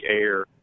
air